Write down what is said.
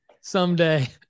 Someday